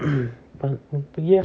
uh pergi ah